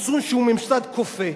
משום שהוא ממסד כופה.